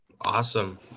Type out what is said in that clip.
Awesome